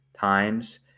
times